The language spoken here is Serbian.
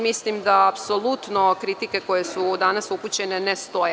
Misli da apsolutno kritike koje su danas upućene ne stoje.